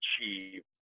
achieve